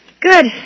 Good